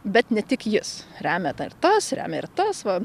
bet ne tik jis remia tą ir tas remia ir tas va